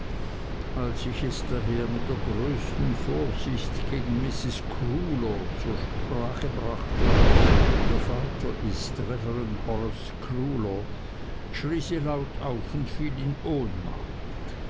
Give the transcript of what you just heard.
als ich es daher mit der größten vorsicht gegen mrs crewler zur sprache brachte der vater ist reverend horace crewler schrie sie laut auf und fiel in ohnmacht